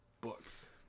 books